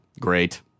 Great